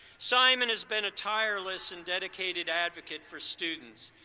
simon has been a tireless and dedicated advocate for students.